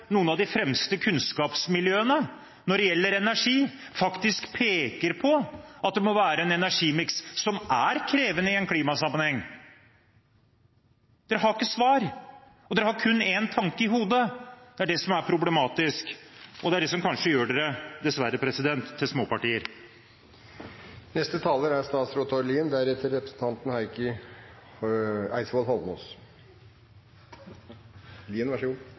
noen av de fremste kunnskapsmiljøene når det gjelder energi, faktisk peker på at det må være en energimiks, som er krevende i en klimasammenheng. Dere har ikke svar, og dere har kun én tanke i hodet, det er det som er problematisk, og det er det som kanskje gjør dere – dessverre – til småpartier. I denne typen debatter mener i hvert fall jeg det er